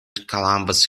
columbus